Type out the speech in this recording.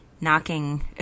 knocking